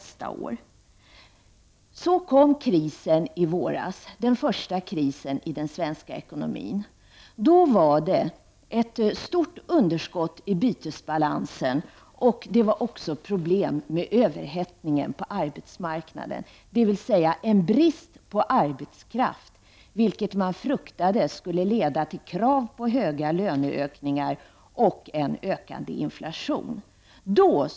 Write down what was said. Så kom krisen i våras, den första krisen i deen svenska ekonomin. Det var då ett stort underskott i bytesbalansen och problem med överhettning på arbetsmarknaden, dvs. brist på arbetskraft. Man fruktade att detta skulle leda till krav på höga löneökningar och en ökande inflation.